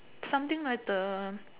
something like the